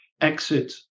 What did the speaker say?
exit